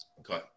Okay